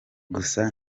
gusa